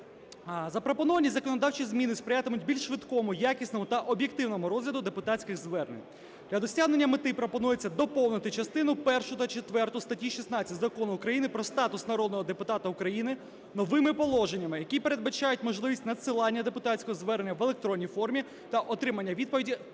Запропоновані законодавчі зміни сприятимуть більш швидкому, якісному та об'єктивному розгляду депутатських звернень. Для досягнення мети пропонується доповнити частину першу та четверту статті 16 Закону України "Про статус народного депутата України" новими положеннями, які передбачають можливість надсилання депутатського звернення в електронній формі та отримання відповіді